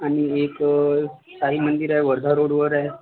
आणि एक साईमंदिर आहे वर्धा रोडवर आहे